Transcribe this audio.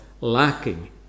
lacking